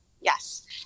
yes